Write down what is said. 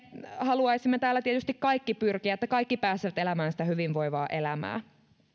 haluaisimme täällä tietysti kaikki pyrkiä siihen että kaikki pääsisivät elämään hyvinvoivaa elämää